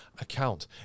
account